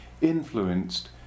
influenced